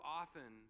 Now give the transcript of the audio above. often